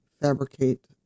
fabricate